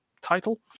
title